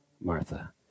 Martha